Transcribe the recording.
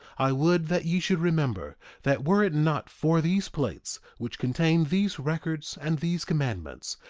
i would that ye should remember that were it not for these plates, which contain these records and these commandments,